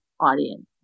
audience